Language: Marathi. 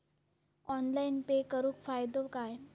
ऑनलाइन पे करुन फायदो काय?